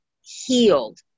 healed